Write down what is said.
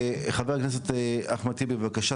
חבר הכנסת אחמד טיבי בבקשה,